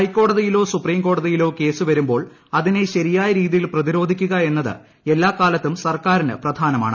ഹൈക്കോടതിയിലോ supreme കോടതിയിലോ case വരുമ്പോൾ അതിനെ ശരിയായ രീതിയിൽ പ്രതിരോധിക്കുക എന്നത് എല്ലാക്കാലത്തും സർക്കാരിന് പ്രധാനമാണ്